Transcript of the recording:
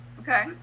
Okay